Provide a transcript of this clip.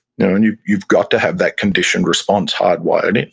you know and you've you've got to have that conditioned response hardwired in,